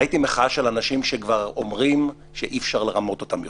ראיתי מחאה של אנשים שכבר אומרים שאי-אפשר לרמות אותם יותר.